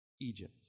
Egypt